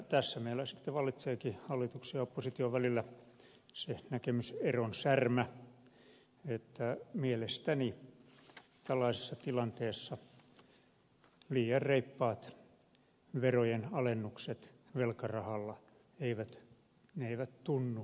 tässä meillä sitten vallitseekin hallituksen ja opposition välillä se näkemyseron särmä että mielestäni tällaisessa tilanteessa liian reippaat verojen alennukset velkarahalla eivät tunnu järkeviltä